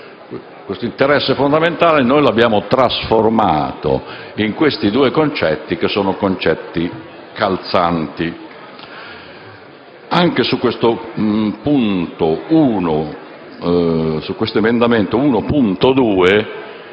Questo interesse fondamentale noi lo abbiamo trasformato in questi due concetti, che sono concetti calzanti. Anche sull'emendamento 1.2